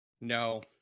No